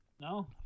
No